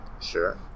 Sure